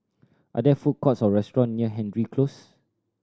are there food courts or restaurant near Hendry Close